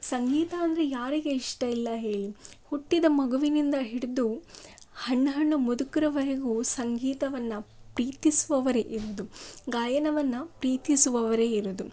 ಸಂಗೀತ ಅಂದರೆ ಯಾರಿಗೆ ಇಷ್ಟ ಇಲ್ಲ ಹೇಳಿ ಹುಟ್ಟಿದ ಮಗುವಿನಿಂದ ಹಿಡಿದು ಹಣ್ಣು ಹಣ್ಣು ಮುದುಕರವರೆಗೂ ಸಂಗೀತವನ್ನು ಪ್ರೀತಿಸುವವರೇ ಇರೋದು ಗಾಯನವನ್ನು ಪ್ರೀತಿಸುವವರೇ ಇರೋದು